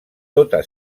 tota